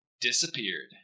disappeared